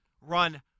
run